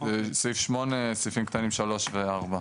סעיף 8(3) ו-(4).